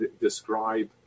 describe